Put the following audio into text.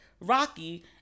Rocky